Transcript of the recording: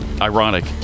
ironic